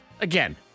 Again